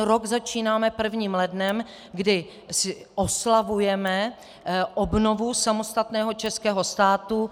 Rok začínáme prvním lednem, kdy oslavujeme obnovu samostatného českého státu.